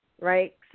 right